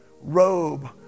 robe